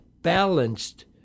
balanced